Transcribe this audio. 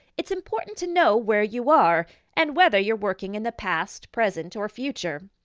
it's important to know where you are and whether you're working in the past, present, or future.